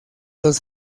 los